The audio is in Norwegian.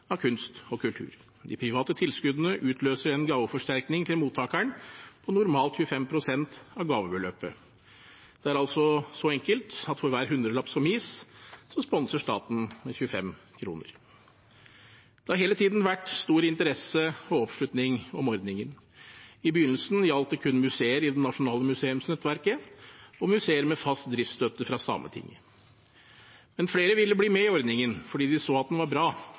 av kunst og kultur. De private tilskuddene utløser en gaveforsterkning til mottakeren på normalt 25 pst. av gavebeløpet. Det er altså så enkelt at for hver hundrelapp som gis, sponser staten 25 kr. Det har hele tiden vært stor interesse for og oppslutning om ordningen. I begynnelsen gjaldt den kun museer i det nasjonale museumsnettverket og museer med fast driftsstøtte fra Sametinget. Men flere ville bli med i ordningen, for de så at den var bra.